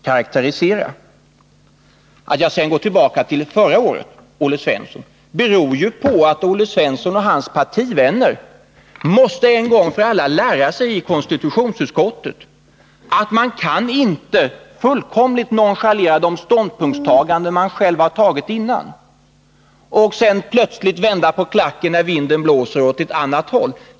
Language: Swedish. Onsdagen den Att jag går tillbaka till förra året beror ju på att Olle Svensson och hans 20 maj 1981 partivänner i konstitutionsutskottet en gång för alla måste lära sig att man inte kan fullkomligt nonchalera de ställningstaganden man själv har gjort tidigare och plötsligt vända på klacken när vinden blåser åt ett annat håll.